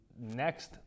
next